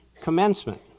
commencement